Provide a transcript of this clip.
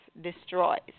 destroys